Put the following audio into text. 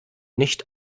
nicht